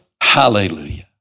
Hallelujah